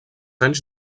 anys